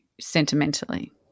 sentimentally